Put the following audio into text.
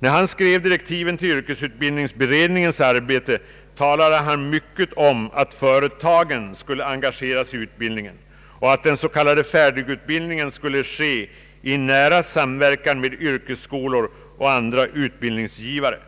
När han skrev direktiven till yrkesutbildningsberedningens arbete, talade han mycket om att företagen skulle engageras i utbildningen och att den så kallade färdigutbildningen skulle ske i nära samverkan med yrkesskolor och andra utbildningsgivare.